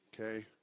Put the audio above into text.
Okay